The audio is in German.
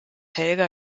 helga